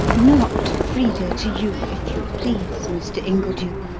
not frida to you, if you please, mr. ingledew,